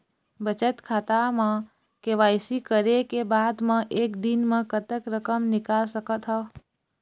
बचत खाता म के.वाई.सी करे के बाद म एक दिन म कतेक रकम निकाल सकत हव?